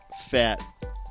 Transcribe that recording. Fat